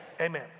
Amen